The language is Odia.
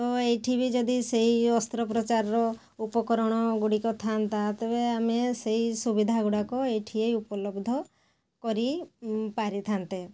ତ ଏଠି ବି ଯଦି ସେଇ ଅସ୍ତ୍ରୋପଚାରର ଉପକରଣ ଗୁଡ଼ିକ ଥାଆନ୍ତା ତେବେ ଆମେ ସେଇ ସୁବିଧା ଗୁଡ଼ାକ ଏଠି ଏ ଉପଲବ୍ଧ କରି ପାରିଥାନ୍ତେ